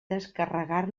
descarregar